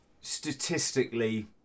statistically